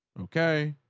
okay.